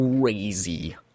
crazy